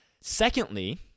Secondly